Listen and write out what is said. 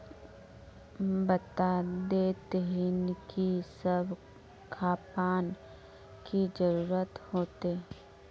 बता देतहिन की सब खापान की जरूरत होते?